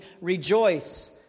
rejoice